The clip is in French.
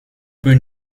peut